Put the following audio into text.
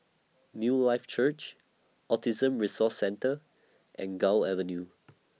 Newlife Church Autism Resource Centre and Gul Avenue